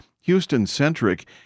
Houston-centric